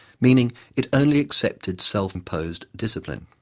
meaning it only accepted self imposed discipline.